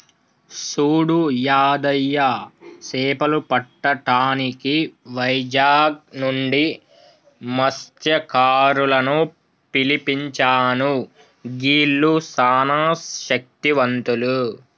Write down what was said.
సూడు యాదయ్య సేపలు పట్టటానికి వైజాగ్ నుంచి మస్త్యకారులను పిలిపించాను గీల్లు సానా శక్తివంతులు